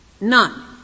None